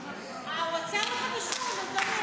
אה, הוא עצר לך את השעון, אז תדבר.